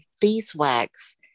beeswax